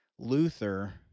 Luther